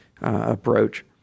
approach